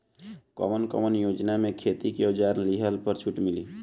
कवन कवन योजना मै खेती के औजार लिहले पर छुट मिली?